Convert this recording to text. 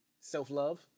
Self-love